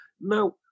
Now